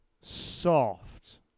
soft